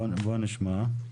בוא נשמע.